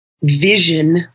vision